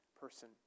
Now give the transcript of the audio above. person